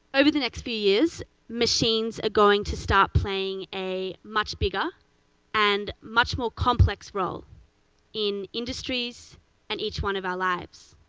over the next few years, machines are going to start playing a much bigger and much more complex role in industries and each one of our lives.